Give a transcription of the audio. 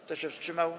Kto się wstrzymał?